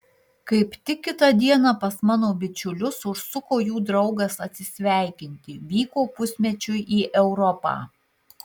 kaip tik kitą dieną pas mano bičiulius užsuko jų draugas atsisveikinti vyko pusmečiui į europą